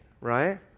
right